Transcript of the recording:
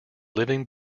living